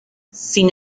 sin